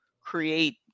create